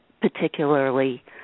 particularly